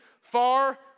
far